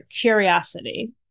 curiosity